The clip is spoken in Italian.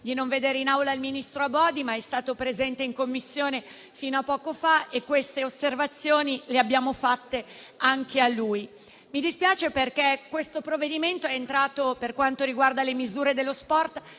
non vedere in Aula il ministro Abodi, che è stato presente in Commissione fino a poco fa e queste osservazioni le abbiamo fatte anche a lui. Mi dispiace perché questo provvedimento per quanto riguarda le misure relative